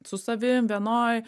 su savimi vienoj